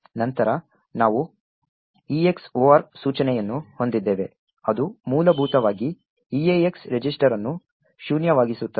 ನಂತರ ನಾವು EX OR ಸೂಚನೆಯನ್ನು ಹೊಂದಿದ್ದೇವೆ ಅದು ಮೂಲಭೂತವಾಗಿ EAX ರಿಜಿಸ್ಟರ್ ಅನ್ನು ಶೂನ್ಯವಾಗಿಸುತ್ತದೆ